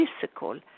physical